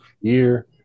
year